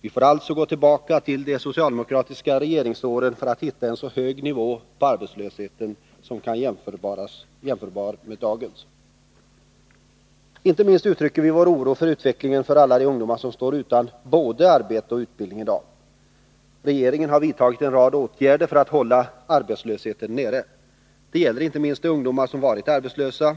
Vi får alltså gå tillbaka till de socialdemokratiska regeringsåren för att hitta en nivå på arbetslösheten som kan vara jämförbar med dagens. Inte minst uttrycker vi vår oro för utvecklingen för alla de ungdomar som står utan både arbete och utbildning i dag. Regeringen har vidtagit en rad åtgärder för att hålla arbetslösheten nere. Det gäller inte minst de ungdomar som varit arbetslösa.